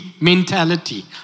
mentality